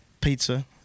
Pizza